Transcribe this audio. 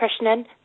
Krishnan